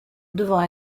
devant